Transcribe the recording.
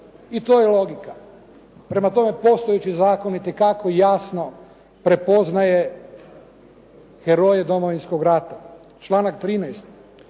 I to je logika. Prema tome, postojeći zakon itekako jasno prepoznaje heroje Domovinskog rata. Članak 13.